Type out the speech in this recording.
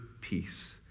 peace